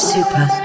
Super